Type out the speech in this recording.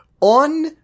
on